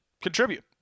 contribute